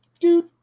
Dude